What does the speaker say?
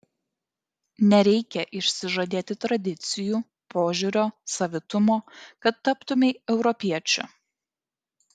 nereikia išsižadėti tradicijų požiūrio savitumo kad taptumei europiečiu